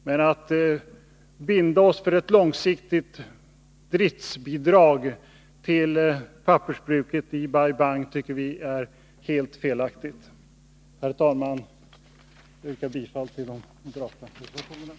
Men att binda oss för ett långsiktigt driftsbidrag till pappersbruket i Bai Bang tycker vi moderater är helt fel. Herr talman! Jag yrkar bifall till de moderata reservationerna.